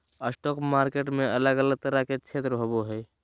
stock market में अलग अलग तरह के क्षेत्र होबो हइ